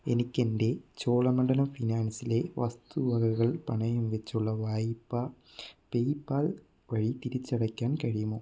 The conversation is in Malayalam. എനിക്ക് എൻ്റെ ചോളമണ്ഡലം ഫിനാൻസ് ലെ വസ്തുവകകൾ പണയംവെച്ചുള്ള വായ്പ പേയ്പാൽ വഴി തിരിച്ചടയ്ക്കാൻ കഴിയുമോ